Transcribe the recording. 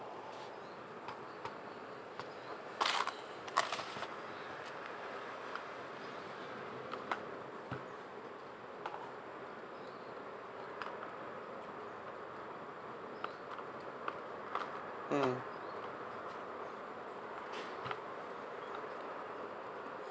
mm